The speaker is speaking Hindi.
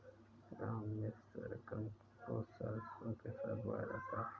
गांव में सरगम को सरसों के साथ बोया जाता है